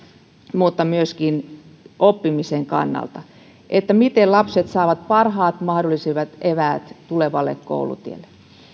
mutta myöskin oppimisen kannalta että miten lapset saavat parhaat mahdolliset eväät tulevalle koulutielle